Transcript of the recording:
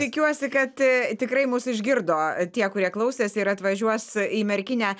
tikiuosi kad tikrai mus išgirdo tie kurie klausėsi ir atvažiuos į merkinę